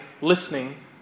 listening